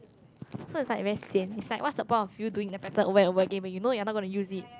so is like very sian is like what's the point of you doing the pattern over and over again when you know you're not gonna use it